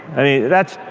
i mean, that's,